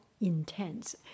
intense